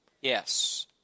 Yes